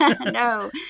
no